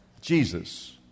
Jesus